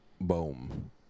Boom